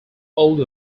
old